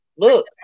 Look